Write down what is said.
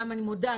אני מודה,